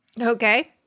Okay